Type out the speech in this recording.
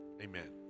amen